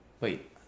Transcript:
Wait